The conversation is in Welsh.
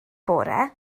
bore